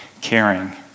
caring